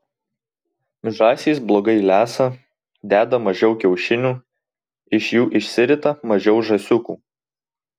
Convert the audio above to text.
žąsys blogai lesa deda mažiau kiaušinių iš jų išsirita mažiau žąsiukų